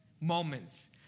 Moments